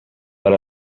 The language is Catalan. per